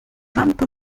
wampe